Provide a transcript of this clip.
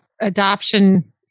adoption